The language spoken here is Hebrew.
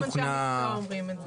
גם אנשי המקצוע אומרים את זה.